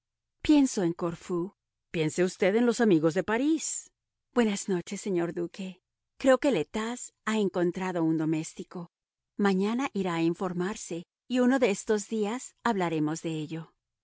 pienso en corfú piense usted en los amigos de parís buenas noches señor duque creo que le tas ha encontrado un doméstico mañana irá a informarse y uno de estos días hablaremos de ello